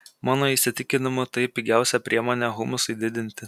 mano įsitikinimu tai pigiausia priemonė humusui didinti